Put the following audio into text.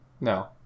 No